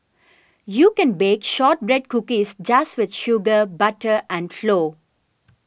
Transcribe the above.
you can bake Shortbread Cookies just with sugar butter and flow